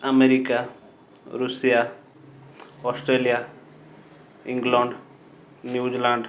America Russia Australia England New Zealand